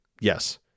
yes